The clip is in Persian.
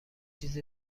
چیز